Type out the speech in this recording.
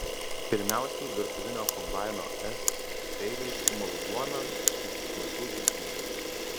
pirmiausiai virtuvinio kombaino s peiliais sumalu duoną iki smulkių trupinių